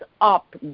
up